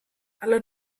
alle